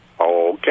Okay